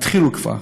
התחילו כבר,